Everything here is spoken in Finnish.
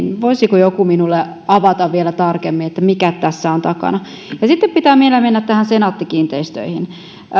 voisiko joku minulle avata vielä tarkemmin mikä tässä on takana sitten pitää vielä mennä senaatti kiinteistöihin